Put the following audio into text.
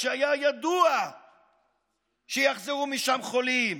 כשהיה ידוע שיחזרו משם חולים,